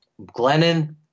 Glennon